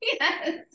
yes